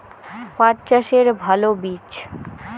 পাঠ চাষের ভালো বীজ?